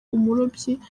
umurobyi